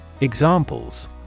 Examples